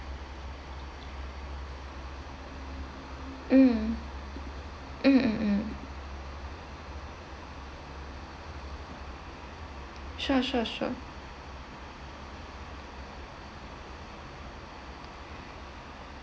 mm mm mm mm sure sure sure